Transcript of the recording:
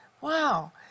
Wow